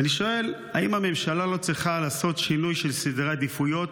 ואני שואל: האם הממשלה לא צריכה לעשות שינוי של סדרי עדיפויות